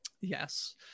Yes